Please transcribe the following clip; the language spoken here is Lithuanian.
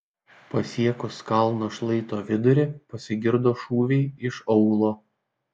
pasiekus kalno šlaito vidurį pasigirdo šūviai iš aūlo